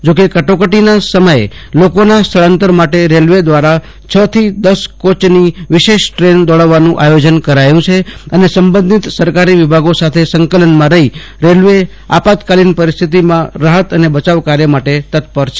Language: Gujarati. જો કે કટોકટીના સમયે લોકોના સ્થળાંતર માટે રેલ્વે દ્વારા છ થી દસ કોયની વિશેષ દ્રેન દોડાવવાનું આયોજન કરાયું છે અને સંબંધિત સરકારી વિભાગો સાથે સંકલનમાં રહી રેલ્વે આપત્કાલીન પરિસ્થિતિમાં રાહત અને બચાવકાર્ય મટે તત્પર છે